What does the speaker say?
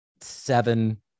seven